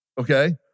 Okay